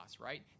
right